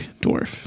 dwarf